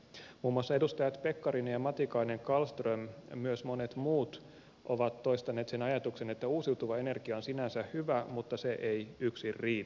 muun muassa edustajat pekkarinen ja matikainen kallström myös monet muut ovat toistaneet sen ajatuksen että uusiutuva energia on sinänsä hyvä mutta se ei yksin riitä